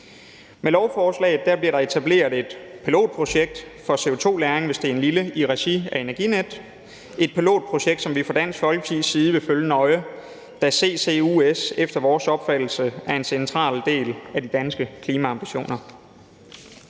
Med lovforslaget bliver der etableret et pilotprojekt for CO2-lagring, hvis det er i lille omfang, i regi af Energinet. Det er et pilotprojekt, som vi fra Dansk Folkepartis side vil følge nøje, da CCUS efter vores opfattelse er en central del af de danske klimaambitioner.